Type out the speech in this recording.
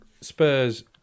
Spurs